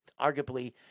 arguably